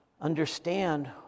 understand